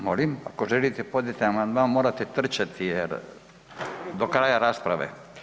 Molim, ako želite podnijeti amandman, morate trčati jer do kraja rasprave.